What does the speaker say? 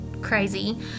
crazy